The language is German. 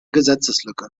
gesetzeslücke